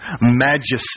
majesty